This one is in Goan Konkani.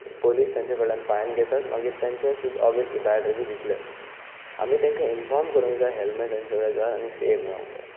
पुलीस तांचे कडल्यान फायन घेतात मागीर तांचे कडल्यान ऑब्वीयसली बॅड रिवीव दितलेच आमी तांकां इनफॉर्म करूंक जाय हेल्मेट आनी सगळें घालून सेव जावंक जाय म्हूण